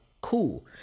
cool